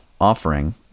offering